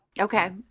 okay